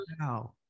Wow